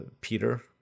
Peter